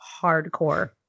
hardcore